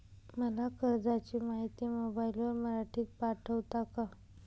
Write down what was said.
मला कर्जाची माहिती मोबाईलवर मराठीत पाठवता का?